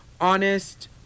honest